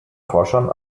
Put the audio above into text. forschern